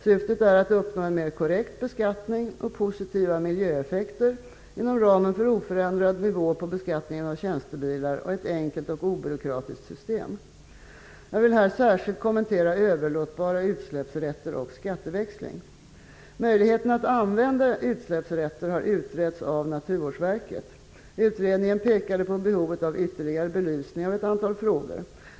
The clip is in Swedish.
Syftet är att uppnå en mer korrekt beskattning och positiva miljöeffekter inom ramen för oförändrad nivå på beskattningen av tjänstebilar och ett enkelt och obyråkratiskt system. Jag vill här särskilt kommentera överlåtbara utsläppsrätter och skatteväxling. Möjligheten att använda utsläppsrätter har utretts av Naturvårdsverket. Utredningen pekade på behovet av ytterligare belysning av ett antal frågor.